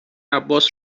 عباس